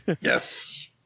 yes